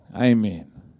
Amen